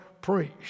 preached